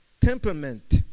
temperament